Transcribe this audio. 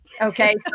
Okay